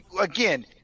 again